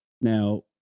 Now